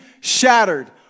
shattered